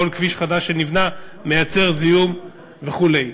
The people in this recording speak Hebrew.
כל כביש חדש שנבנה מייצר זיהום וכו'.